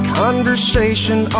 conversation